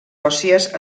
òssies